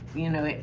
you know,